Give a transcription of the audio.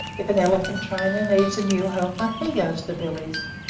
if an elephant-trainer needs a new helper he goes to billy's.